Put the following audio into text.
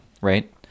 Right